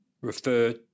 refer